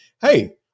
hey